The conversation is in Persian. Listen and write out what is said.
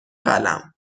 قلم